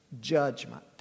judgment